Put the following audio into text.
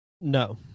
No